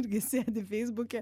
irgi sėdi feisbuke